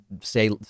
say